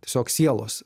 tiesiog sielos